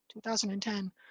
2010